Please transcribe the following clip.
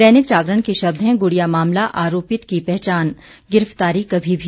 दैनिक जागरण के शब्द हैं गुड़िया मामला आरोपित की पहचान गिरफ्तारी कभी भी